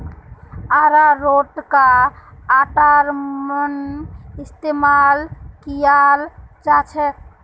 अरारोटका आटार मन इस्तमाल कियाल जाछेक